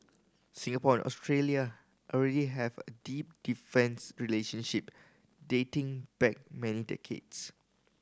Singapore and Australia already have a deep defence relationship dating back many decades